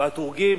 והטורקים